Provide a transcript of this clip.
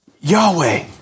Yahweh